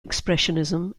expressionism